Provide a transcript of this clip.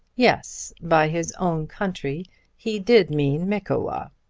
yes by his own country he did mean mickewa.